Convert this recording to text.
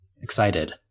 excited